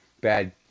bad